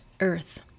Earth